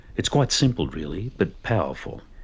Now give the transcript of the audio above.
it's quite simple really, but powerful.